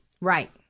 Right